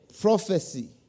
Prophecy